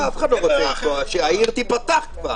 שיהיו רציניים.